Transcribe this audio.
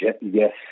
Yes